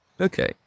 Okay